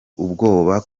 ubwoba